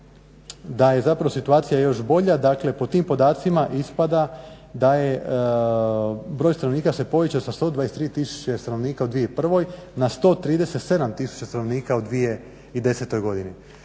da je situacija još bolja. Dakle po tim podacima ispada da je broj stanovnika se povećao sa 123 tisuće stanovnika u 2001.na 137 tisuće stanovnika u 2010.godini.